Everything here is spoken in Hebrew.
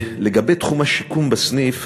לגבי תחום השיקום בסניף,